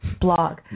blog